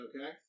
Okay